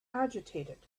agitated